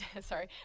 sorry